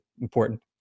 important